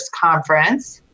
conference